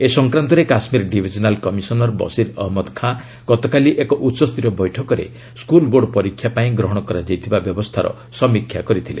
ଏ ସଂକ୍ରାନ୍ତରେ Kashmir divisional commissioner Basir Ahmad Khan ଗତକାଲି ଏକ ଉଚ୍ଚସ୍ତରୀୟ ବୈଠକରେ ସ୍କୁଲ୍ ବୋର୍ଡ ପରୀକ୍ଷା ପାଇଁ ଗ୍ରହଣ କରାଯାଇଥିବା ବ୍ୟବସ୍ଥାର ସମୀକ୍ଷା କରିଥିଲେ